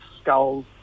skulls